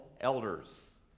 elders